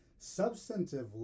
substantively